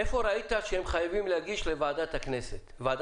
איפה ראית שהם חייבים להגיש לוועדת הכלכלה?